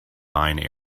mine